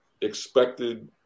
expected